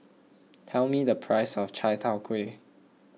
tell me the price of Chai Tow Kuay